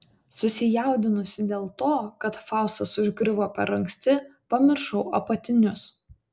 susijaudinusi dėl to kad faustas užgriuvo per anksti pamiršau apatinius